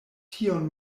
tion